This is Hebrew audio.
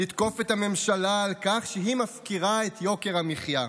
תוקפים את הממשלה על כך שהיא מפקירה את יוקר המחיה.